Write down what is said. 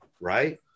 right